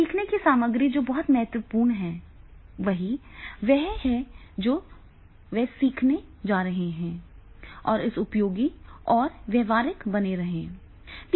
फिर सीखने की सामग्री जो बहुत महत्वपूर्ण है वही वह है जो वे सीखने जा रहे हैं और इसे उपयोगी और व्यावहारिक बना रहे हैं